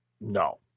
No